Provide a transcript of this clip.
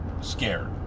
Scared